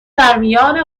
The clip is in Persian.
درمیان